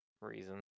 Reason